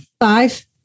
Five